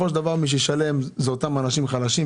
מי שישלם בסופו של דבר זה אותם אנשים חלשים.